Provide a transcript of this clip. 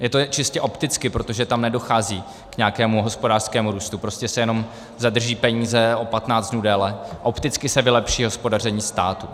Je to čistě opticky, protože tam nedochází k nějakému hospodářskému růstu, prostě se jenom zadrží peníze o 15 dnů déle, opticky se vylepší hospodaření státu.